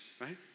right